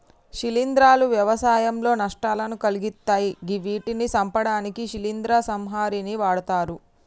శిలీంద్రాలు వ్యవసాయంలో నష్టాలను కలిగిత్తయ్ గివ్విటిని సంపడానికి శిలీంద్ర సంహారిణిని వాడ్తరు